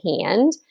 hand